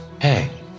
Hey